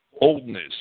oldness